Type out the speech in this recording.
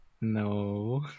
No